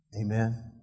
Amen